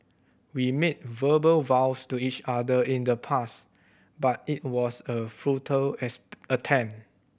we made verbal vows to each other in the past but it was a futile attempt